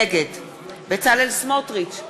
נגד בצלאל סמוטריץ,